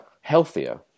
healthier